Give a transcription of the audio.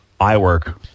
iWork